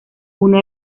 uno